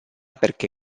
perché